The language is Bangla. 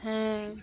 হ্যাঁ